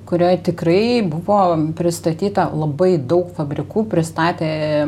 kurioj tikrai buvo pristatyta labai daug fabrikų pristatė